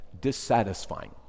dissatisfying